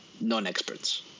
non-experts